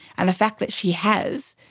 and the fact that she has,